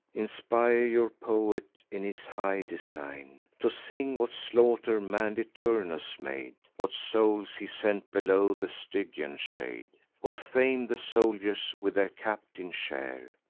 inspire your poet in his high design, to sing what slaughter manly turnus made, what souls he sent below the stygian shade, what fame the soldiers with their captain share,